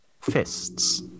fists